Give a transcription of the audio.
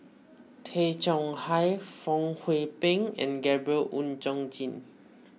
Tay Chong Hai Fong Hoe Beng and Gabriel Oon Chong Jin